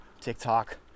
TikTok